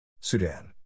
Sudan